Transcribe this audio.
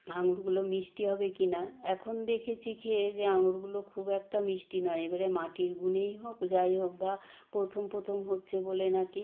আঙুরগুলো মিষ্টি হবে কি না এখন দেখেছি খেয়ে যে আঙুরগুলো খুব একটা মিষ্টি নয় এবারে মাটির গুণেই হোক যাই হোক বা প্রথম প্রথম হচ্ছে বলে না কি